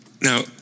now